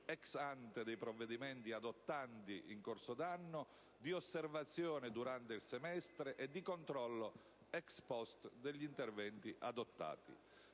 *ex ante* dei provvedimenti adottandi in corso d'anno, di osservazione durante il semestre e di controllo *ex post* degli interventi adottati.